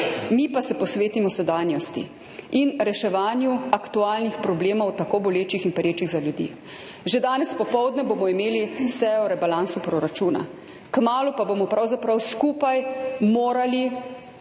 Mi pa se posvetimo sedanjosti in reševanju aktualnih problemov, tako bolečih in perečih za ljudi. Že danes popoldne bomo imeli sejo o rebalansu proračuna. Kmalu pa bomo pravzaprav skupaj morali